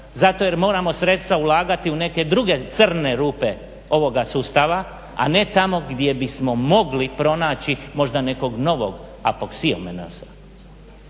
Zato jer moramo sredstva ulagati u neke druge crne rupe ovoga sustava, a ne tamo gdje bismo mogli pronaći možda nekog novog Apoksiomena.